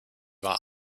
war